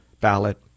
ballot